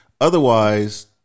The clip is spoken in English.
Otherwise